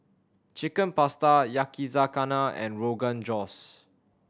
Chicken Pasta Yakizakana and Rogan Josh